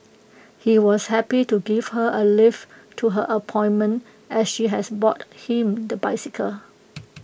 he was happy to give her A lift to her appointment as she has bought him the motorcycle